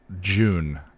June